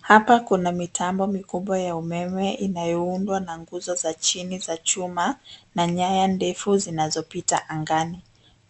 Hapa kuna mitambo mikubwa ya umeme inayoundwa na nguzo za chini za chuma na nyaya ndefu zinazopita angani.